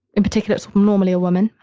in particular is normally a woman,